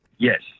Yes